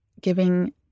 giving